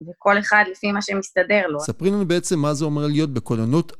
וכל אחד לפי מה שמסתדר לו. - ספרי לנו מה זה בעצם אומר להיות בכוננות